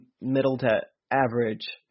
middle-to-average